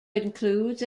includes